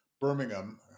Birmingham